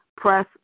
Press